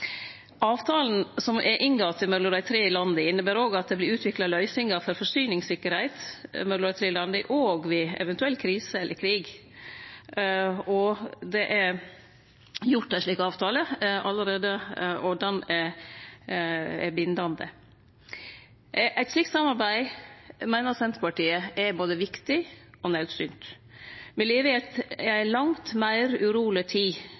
Avtalen som er inngått mellom dei tre landa, inneber òg at det vert utvikla løysingar for forsyningssikkerheit mellom dei tre landa òg ved eventuell krise eller krig. Det er gjort ein slik avtale allereie, og den er bindande. Eit slikt samarbeid meiner Senterpartiet er både viktig og naudsynt. Me lever i ei langt meir uroleg tid.